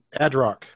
Adrock